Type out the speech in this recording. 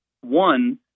one